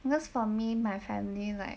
because for me my family like